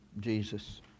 Jesus